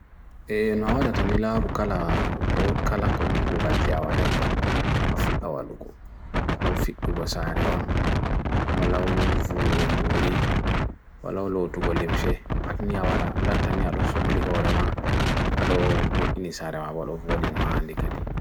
E nwawadata nila rukala, tawad kala ko, hoogalzi awadai pat, afut awa luku. Wala wufit kubasare on, wala wufu wamburi, wala wulotugolim she, pat niawadak, latanya adosukli hoorama, alo mo'ini sarama, wala wufodin mahandi kade.